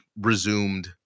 resumed